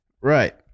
Right